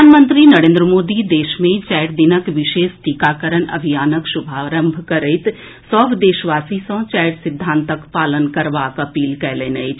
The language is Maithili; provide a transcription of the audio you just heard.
प्रधानमंत्री नरेन्द्र मोदी देश मे चारि दिनक विशेष टीकाकरण अभियानक शुभारंभ करैत सभ देशवासी सँ चारि सिद्धांतक पालन करबाक अपील कयलनि अछि